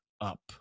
up